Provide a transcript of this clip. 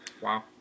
Wow